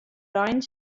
rein